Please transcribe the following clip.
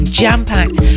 jam-packed